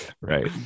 Right